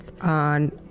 On